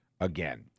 again